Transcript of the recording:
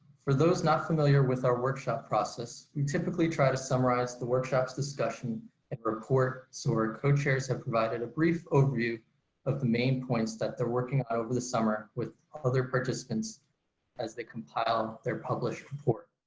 for those not familiar with our workshop process. we typically try to summarize the workshop's discussion and report, so our co-chairs have provided a brief overview of the main points that they're working on over the summer with other participants as they compile, their published report.